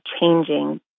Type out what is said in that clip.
changing